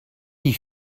die